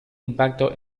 impacto